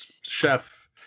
chef